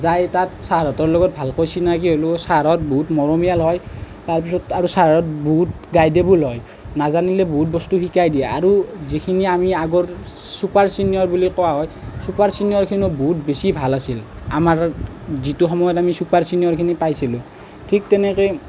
যাই তাত চাৰহঁতৰ লগত ভালকৈ চিনাকি হ'লোঁ চাৰহঁত বহুত মৰমিয়াল হয় তাৰপিছত আৰু চাৰহঁত বহুত গাইডেবল হয় নাজানিলে বহুত বস্তু শিকাই দিয়ে আৰু যিখিনি আমি আগৰ চুপাৰ চিনিয়ৰ বুলি কোৱা হয় চুপাৰ চিনিয়ৰখিনিও বহুত বেছি ভাল আছিল আমাৰ যিটো সময়ত আমি চুপাৰ চিনিয়ৰখিনি পাইছিলোঁ ঠিক তেনেকৈয়ে